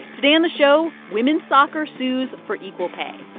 today on the show women's soccer sues for equal pay.